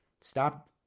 stop